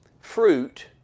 fruit